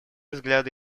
взгляды